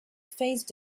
phase